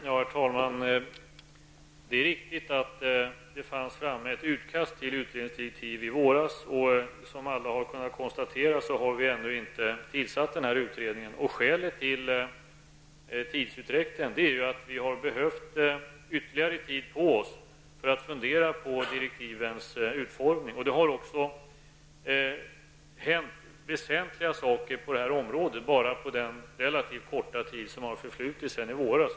Herr talman! Det är riktigt att det fanns ett utkast till utredningsdirektiv i våras. Som alla har kunnat konstatera har denna utredning ännu inte tillsatts. Skälet till tidsutdräkten är att vi har behövt ytterligare tid på oss för att fundera på direktivens utformning. Det har också hänt väsentliga saker på området på den relativt korta tid som har förflutit sedan i våras.